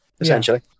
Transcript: Essentially